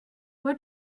what